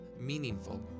meaningful